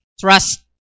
trust